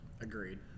agreed